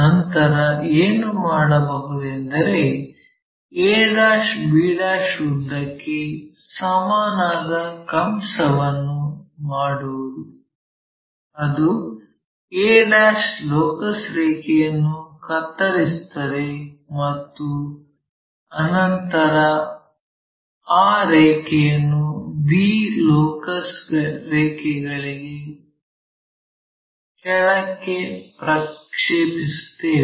ನಂತರ ಏನು ಮಾಡಬಹುದೆಂದರೆ a b ಉದ್ದಕ್ಕೆ ಸಮನಾದ ಕಂಸವನ್ನು ಮಾಡುವುದು ಅದು a ಲೋಕಸ್ ರೇಖೆಯನ್ನು ಕತ್ತರಿಸುತ್ತದೆ ಮತ್ತು ನಂತರ ಆ ರೇಖೆಯನ್ನು b ಲೋಕಸ್ ರೇಖೆಗಳಿಗೆ ಕೆಳಕ್ಕೆ ಪ್ರಕ್ಷೇಪಿಸುತ್ತೇವೆ